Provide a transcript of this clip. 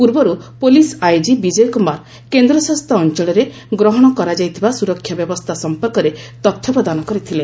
ପୂର୍ବରୁ police IG Vijay Kumar କେନ୍ଦ୍ରଶାସିତ ଅଞ୍ଚଳରେ ଗ୍ରହଣ କରାଯାଇଥିବା ସୁରକ୍ଷା ବ୍ୟବସ୍ଥା ସଂପର୍କରେ ତଥ୍ୟ ପ୍ରଦାନ କରିଥିଲେ